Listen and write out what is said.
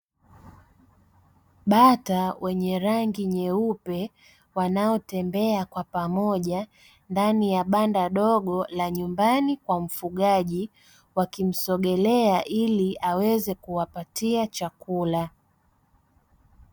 Bata wenye rangi nyeupe, wanaotembea kwa pamoja ndani ya banda dogo la nyumbani kwa mfugaji, wakimsogelea ili aweze kuwapatia chakula.